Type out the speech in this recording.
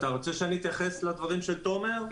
אתה רוצה שאני אתייחס לדברים של תומר?